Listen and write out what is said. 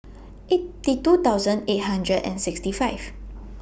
eighty two thousand eight hundred and sixty five